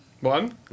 One